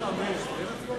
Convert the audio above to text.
לרשותך עשר